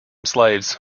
slaves